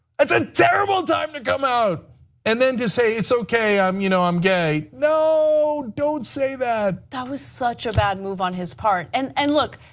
that's a terrible time to come out and then to say, it's okay, i'm you know i'm gay. no, don't say that. that was such a bad move on his part and and look,